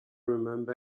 remember